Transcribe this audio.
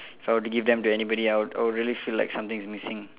if I were to give them to anybody out I would really feel like something is missing